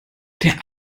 der